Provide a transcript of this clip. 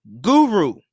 guru